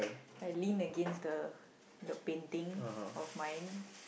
I lean against the the painting of mine